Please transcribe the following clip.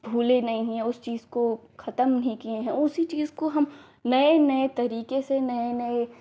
भूले नहीं हैं उस चीज को ख़त्म नहीं किए हैं उसी चीज को हम नए नए तरीके से नए नए